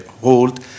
hold